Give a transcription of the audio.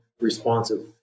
responsive